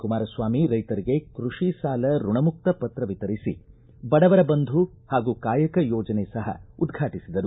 ಕುಮಾರಸ್ವಾಮಿ ರೈತರಿಗೆ ಕೃಷಿ ಸಾಲ ಋಣ ಮುಕ್ತ ಪತ್ರ ವಿತರಿಸಿ ಬಡವರ ಬಂಧು ಹಾಗೂ ಕಾಯಕ ಯೋಜನೆ ಸಹ ಉದ್ಘಾಟಿಸಿದರು